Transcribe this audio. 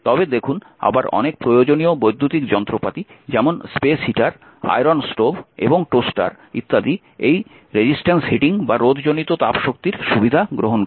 তবে দেখুন আবার অনেক প্রয়োজনীয় বৈদ্যুতিক যন্ত্রপাতি যেমন স্পেস হিটার আয়রন স্টোভ এবং টোস্টার ইত্যাদি এই রোধ জনিত তাপশক্তির সুবিধা গ্রহণ করে